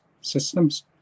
systems